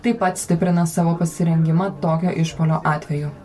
taip pat stiprina savo pasirengimą tokio išpuolio atveju